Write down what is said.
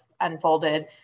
unfolded